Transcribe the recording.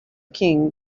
king